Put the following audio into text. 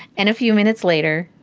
and a few minutes later,